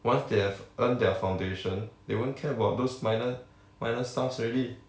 once they have earned their foundation they won't care about those minor minor stuffs already